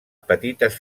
petites